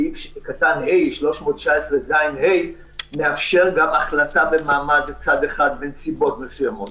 סעיף קטן 319ז(ה) מאפשר גם החלטה במעמד צד אחד בנסיבות מסוימות.